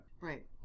Right